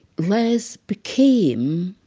les became